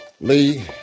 Lee